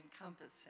encompassing